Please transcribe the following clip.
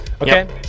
Okay